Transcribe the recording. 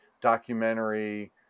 documentary